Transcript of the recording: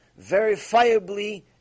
verifiably